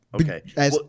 Okay